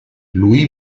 louis